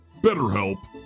BetterHelp